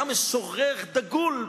היה משורר דגול,